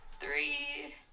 Three